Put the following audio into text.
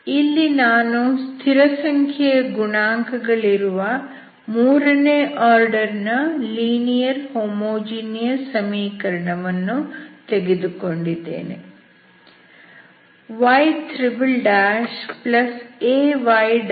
ಇಲ್ಲಿ ನಾನು ಸ್ಥಿರಸಂಖ್ಯೆಯ ಗುಣಾಂಕಗಳಿರುವ ಮೂರನೇ ಆರ್ಡರ್ ನ ಲೀನಿಯರ್ ಹೋಮೋಜೀನಿಯಸ್ ಸಮೀಕರಣವನ್ನು ತೆಗೆದುಕೊಂಡಿದ್ದೇನೆ yaybycy0